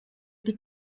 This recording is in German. die